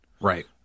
Right